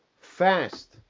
fast